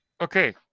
okay